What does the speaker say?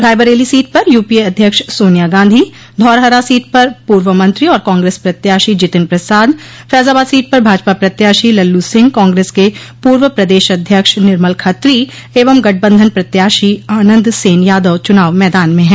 Raebareli seat पर UPA अध्यक्ष Sonia Gandhi Dhaurahra seat पर पूर्व मंत्री और कांग्रेस प्रत्याशी जितिन प्रसाद फैजाबाद सीट पर भाजपा प्रत्याशी लल्लू सिंह कांग्रेस के पूर्व प्रदेश अध्यक्ष निर्मल खत्री एवं गठबंधन प्रत्याशी आनन्द सेन यादव चुनाव मैदान में हैं